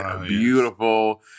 beautiful